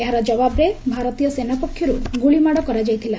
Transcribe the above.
ଏହାର ଜବାବରେ ଭାରତୀୟ ସେନା ପକ୍ଷରୁ ଗୁଳିମାଡ଼ କରାଯାଇଥିଲା